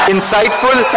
Insightful